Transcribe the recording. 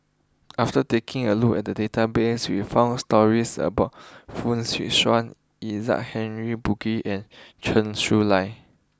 after taking a look at the database we found stories about Fong Swee Suan Isaac Henry Burkill and Chen Su Lan